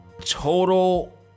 total